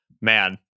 Man